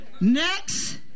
next